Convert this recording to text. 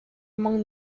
among